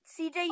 CJ